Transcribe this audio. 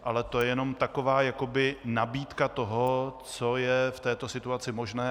Ale to je jenom taková jakoby nabídka toho, co je v této situaci možné.